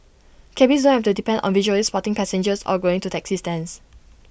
cabbies don't have to depend on visually spotting passengers or going to taxi stands